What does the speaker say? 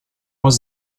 was